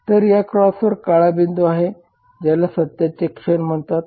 तर या क्रॉसवर काळा बिंदू आहे ज्याला सत्याचे क्षण म्हणतात